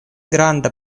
granda